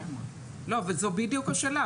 זו בדיוק השאלה.